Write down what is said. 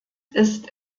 ist